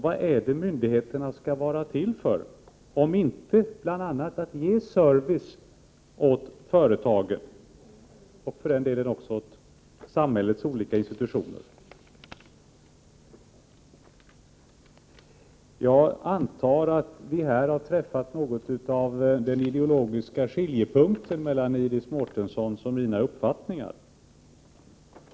Vad skulle myndigheterna annars vara till för, Iris Mårtensson, om inte bl.a. för att ge service åt företag och för den delen också åt samhällets olika institutioner? Jag antar att vi här har träffat den ideologiska skiljepunkten mellan Iris Mårtenssons och mina uppfattningar.